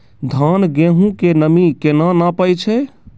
धान, गेहूँ के नमी केना नापै छै?